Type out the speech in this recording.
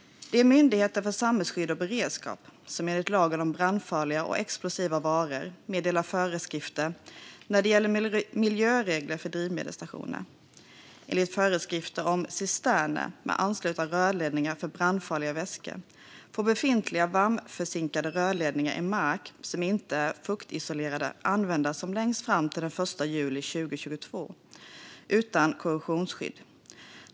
Det är Myndigheten för samhällsskydd och beredskap som enligt lagen om brandfarliga och explosiva varor meddelar föreskrifter när det gäller miljöregler för drivmedelsstationer. Enligt föreskriften om cisterner med anslutna rörledningar för brandfarliga vätskor får befintliga varmförzinkade rörledningar i mark som inte är fuktisolerade användas som längst fram till den 1 juli 2022 utan korrosionsskydd.